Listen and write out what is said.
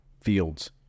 fields